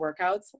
workouts